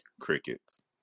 crickets